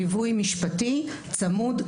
ליווי משפטי צמוד,